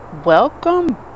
welcome